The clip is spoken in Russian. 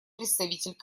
представитель